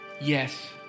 Yes